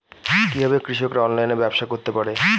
কিভাবে কৃষকরা অনলাইনে ব্যবসা করতে পারে?